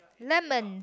lemon